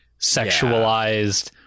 sexualized